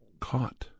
caught